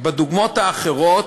בדוגמאות האחרות,